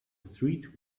street